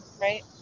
right